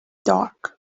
dark